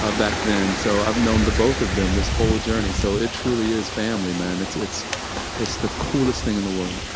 ah back then. so i've known the both of them this whole journey. so it truly is family, man. it's it's the coolest thing in the world.